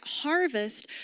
harvest